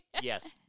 Yes